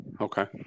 Okay